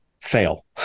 fail